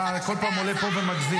אתה בכל פעם עולה לפה ומגזים.